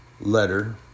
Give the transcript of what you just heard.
letter